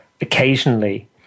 occasionally